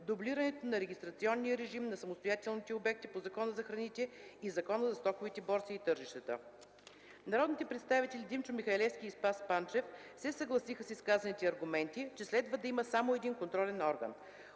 дублирането на регистрационния режим на самостоятелните обекти по Закона за храните и Закона за стоковите борси и тържищата. Народните представители Димчо Михалевски и Спас Панчев се съгласиха с изказаните аргументи, че следва да има само един контролен орган.